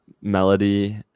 melody